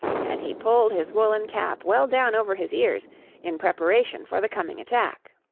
and he pulled his woolen cap well down over his ears in preparation for the coming attack.